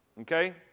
Okay